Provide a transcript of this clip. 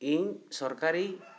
ᱤᱧ ᱥᱚᱨᱠᱟᱨᱤ